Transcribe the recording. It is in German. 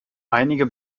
einige